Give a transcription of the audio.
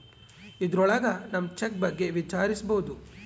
ಇದ್ರೊಳಗ ನಮ್ ಚೆಕ್ ಬಗ್ಗೆ ವಿಚಾರಿಸ್ಬೋದು